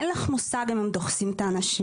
אין לך מושג אם הם דוחסים את האנשים,